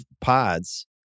pods